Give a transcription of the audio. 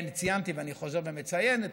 כאשר ישנם מקרים חריגים,